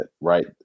right